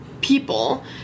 people